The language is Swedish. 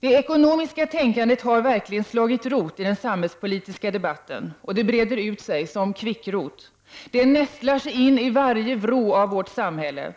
Det ekonomiska tänkandet har verkligen slagit rot i den samhällspolitiska debatten, och det breder ut sig som kvickrot och nästlar sig in i varje vrå av vårt samhälle.